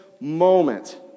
moment